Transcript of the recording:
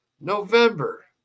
November